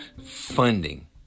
funding